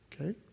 Okay